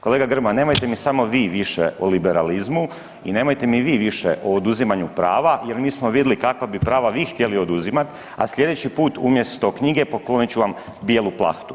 Kolega Grmoja, nemojte mi samo vi više o liberalizmu i nemojte mi vi više o oduzimanju prava jer mi smo vidli kakva bi prava vi htjeli oduzimati, a sljedeći put, umjesto knjige, poklonit ću vam bijelu plahtu.